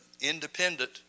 independent